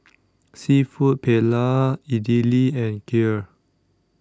Seafood Paella Idili and Kheer